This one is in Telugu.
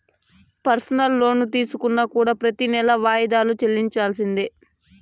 పెర్సనల్ లోన్ తీసుకున్నా కూడా ప్రెతి నెలా వాయిదాలు చెల్లించాల్సిందే